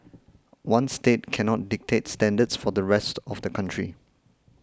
one state cannot dictate standards for the rest of the country